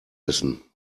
wissen